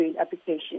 application